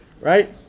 right